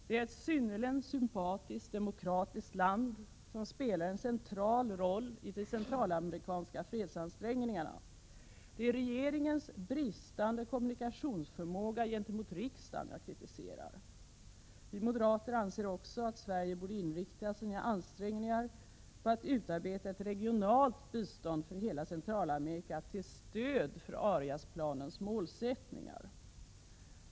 Det är ett synnerligen sympatiskt och demokratiskt land, som spelar en central roll i de centralamerikanska fredsansträngningarna. Det är regeringens bristande kommunikationsförmåga gentemot riksdagen som jag kritiserar. Vi moderater anser också att Sverige borde inrikta sina ansträngningar på att utarbeta ett regionalt bistånd för hela Centralamerika till stöd för Ariasplanens målsättningar.